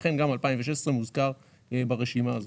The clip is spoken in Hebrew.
לכן גם שנת 2016 מוזכרת ברשימה הזאת.